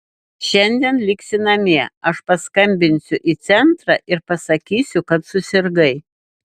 šiandien liksi namie aš paskambinsiu į centrą ir pasakysiu kad susirgai